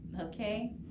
Okay